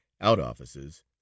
out-offices